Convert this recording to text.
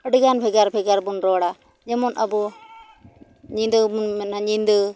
ᱟᱹᱰᱤ ᱜᱟᱱ ᱵᱷᱮᱜᱟᱨ ᱵᱷᱮᱜᱟᱨ ᱵᱚᱱ ᱨᱚᱲᱟ ᱡᱮᱢᱚᱱ ᱟᱵᱚ ᱧᱤᱫᱟᱹ ᱵᱚᱱ ᱢᱮᱱᱟ ᱧᱤᱫᱟᱹ